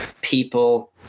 People